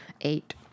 eight